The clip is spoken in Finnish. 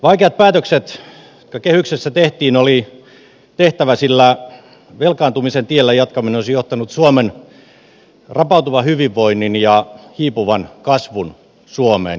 vaikeat päätökset jotka kehyksessä tehtiin oli tehtävä sillä velkaantumisen tiellä jatkaminen olisi johtanut suomen rapautuvan hyvinvoinnin ja hiipuvan kasvun suomeen ja aikaan